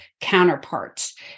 counterparts